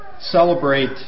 celebrate